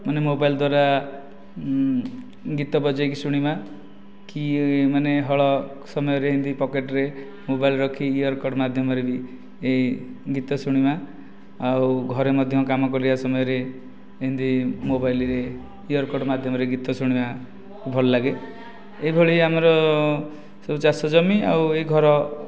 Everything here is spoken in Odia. ମାନେ ମୋବାଇଲଦ୍ୱାରା ଗୀତ ବଜେଇକି ଶୁଣିବା କି ମାନେ ହଳ ସମୟରେ ଏମିତି ପକେଟରେ ମୋବାଇଲ ରଖି ଇଅର କର୍ଡ଼ ମାଧ୍ୟମରେ ବି ଏହି ଗୀତ ଶୁଣିବା ଆଉ ଘରେ ମଧ୍ୟ କାମ କରିବା ସମୟରେ ଏମିତି ମୋବାଇଲ ରେ ଇଅର କର୍ଡ଼ ମାଧ୍ୟମରେ ଗୀତ ଶୁଣିବା ଭଲ ଲାଗେ ଏହି ଭଳି ଆମର ସବୁ ଚାଷ ଜମି ଆଉ ଏ ଘର